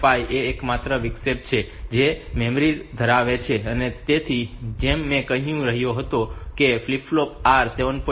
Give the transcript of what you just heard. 5 એ એકમાત્ર વિક્ષેપ છે જે મેમરી ધરાવે છે તેથી જેમ હું કહી રહ્યો હતો કે તેને ફ્લિપ ફ્લોપ R 7